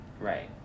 Right